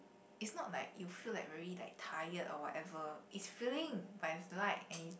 it's not like you feel like very like tired or whatever it's feeling like it's light and it's